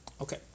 Okay